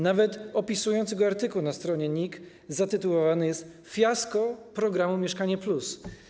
Nawet opisujący go artykuł na stronie NIK zatytułowany jest: ˝Fiasko programu Mieszkanie Plus˝